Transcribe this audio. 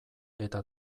eta